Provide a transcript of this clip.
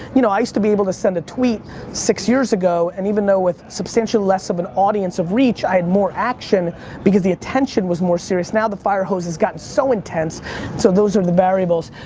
you know, i used to be able to send a tweet six years ago and even though with substantially less of an audience of reach, i had more action because the attention was more serious. now the fire hose has gotten so intense so those are the variables.